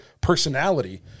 personality